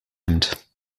nimmt